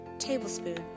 tablespoon